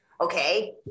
Okay